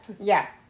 Yes